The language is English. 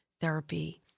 therapy